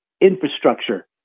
infrastructure